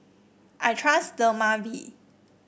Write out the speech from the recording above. I trust Dermaveen